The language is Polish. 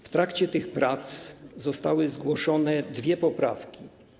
W trakcie tych prac zostały zgłoszone dwie poprawki.